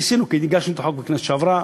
ניסינו, כשהגשנו את החוק בכנסת שעברה,